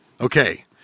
Okay